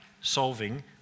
solving